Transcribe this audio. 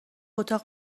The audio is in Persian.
اتاق